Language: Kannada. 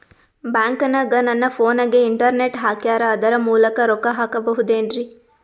ಬ್ಯಾಂಕನಗ ನನ್ನ ಫೋನಗೆ ಇಂಟರ್ನೆಟ್ ಹಾಕ್ಯಾರ ಅದರ ಮೂಲಕ ರೊಕ್ಕ ಹಾಕಬಹುದೇನ್ರಿ?